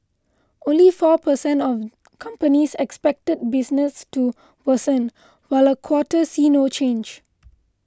only four per cent of companies expected business to worsen while a quarter see no change